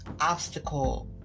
obstacle